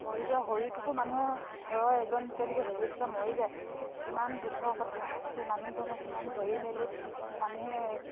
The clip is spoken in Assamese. মৰি যোৱা শৰীৰটোকো মানুহে ঘৰৰ এজন যেতিয়া নেকি সদস্যা মৰি যায় কিমান দুখৰ কথা সেই মানুহজনক কিমান ধৰি মেলি মানুহে